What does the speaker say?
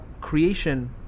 creation